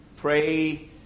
pray